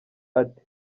ati